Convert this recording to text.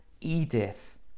edith